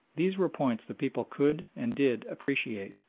these were points the people could and did appreciate,